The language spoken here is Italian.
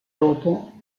dopo